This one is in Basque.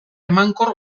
emankor